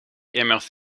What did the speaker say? immers